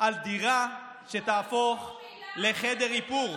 על דירה שתהפוך לחדר איפור,